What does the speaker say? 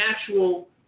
actual